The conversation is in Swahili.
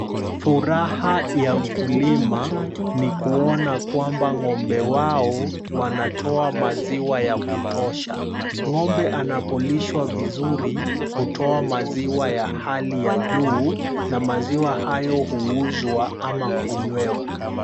Furaha ya mkulima ni kuona kwamba ng'ombe wao wanatoa maziwa ya kutosha . Ng'ombe anapolishwa vizuri hutoa maziwa ya hali ya juu na maziwa hayo huuzwa ama kunywewa.